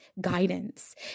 guidance